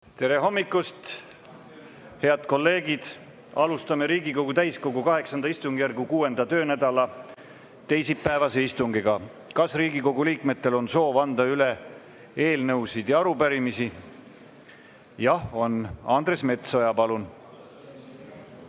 Tere hommikust, head kolleegid! Alustame Riigikogu täiskogu VIII istungjärgu 6. töönädala teisipäevast istungit. Kas Riigikogu liikmetel on soovi anda üle eelnõusid või arupärimisi? Jah, on. Andres Metsoja, palun!